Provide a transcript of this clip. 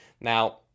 Now